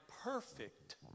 perfect